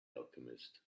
alchemist